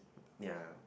ya